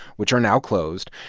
which are now closed.